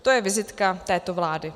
To je vizitka této vlády.